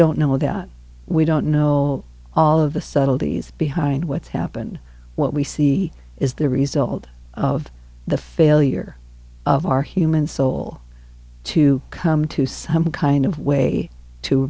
don't know that we don't know all of the subtleties behind what's happened what we see is the result of the failure of our human soul to come to some kind of way to